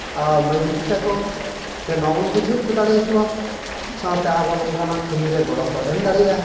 ᱟᱨ ᱢᱟᱹᱭ ᱵᱤᱴᱤ ᱛᱟᱠᱚ ᱡᱮ ᱱᱚᱣᱟ ᱵᱚᱱ ᱵᱩᱡᱷᱟᱹᱣ ᱦᱚᱪᱚ ᱫᱟᱲᱮᱭᱟᱠᱚᱣᱟ ᱥᱟᱶᱛᱟ ᱛᱮ ᱟᱵᱚ ᱱᱚᱝᱠᱟᱱᱟᱜ ᱠᱟᱹᱢᱤ ᱨᱮ ᱜᱚᱲᱚ ᱠᱚ ᱮᱢ ᱫᱟᱲᱮᱭᱟᱜᱼᱟ